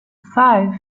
five